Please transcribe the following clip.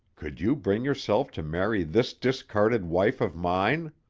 could you bring yourself to marry this discarded wife of mine?